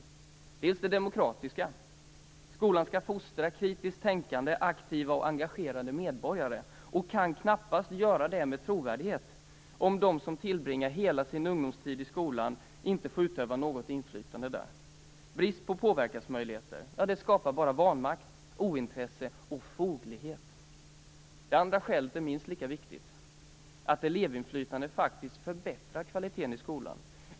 Det ena är det demokratiska - skolan skall fostra kritiskt tänkande, aktiva och engagerade medborgare och kan knappast göra det med trovärdighet om de som tillbringar hela sin ungdomstid i skolan inte får utöva något inflytande där. Brist på påverkansmöjligheter skapar bara vanmakt, ointresse och foglighet. Det andra skälet är minst lika viktigt, nämligen att elevinflytande förbättrar kvaliteten i skolan.